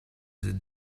the